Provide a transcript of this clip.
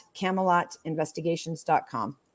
camelotinvestigations.com